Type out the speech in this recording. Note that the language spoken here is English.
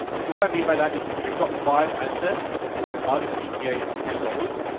so what i mean by that is if you've got five ad sets and your target cpa is ten dollars,